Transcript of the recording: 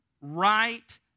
right